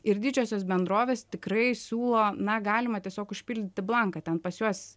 ir didžiosios bendrovės tikrai siūlo na galima tiesiog užpildyti blanką ten pas juos